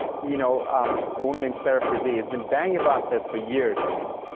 you know um a woman named sarah frisee has been banging about this for years to me,